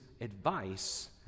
advice